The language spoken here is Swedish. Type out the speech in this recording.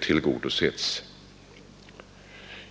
tillgodosetts.